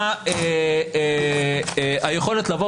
ויותר חשוב מכך - על הנושא של הנוכחות של עורכי הדין בוועדה.